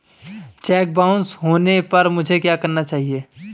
Check bounce होने पर मुझे क्या करना चाहिए?